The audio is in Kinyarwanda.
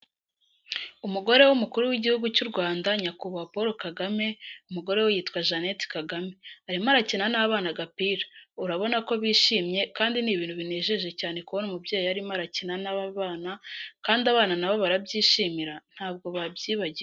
Umugore w'umukuru w'igihugu cy'u Rwanda nyakubahwa Paul Kagame, umugore we yitwa Jeanette Kagame, arimo arakina n'abana agapira, urabona ko bishimye kandi ni ibintu binejeje cyane kubona umubyeyi arimo arakina n'abana kandi abana nabo barabyishimira, ntabwo babyibagirwa.